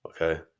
Okay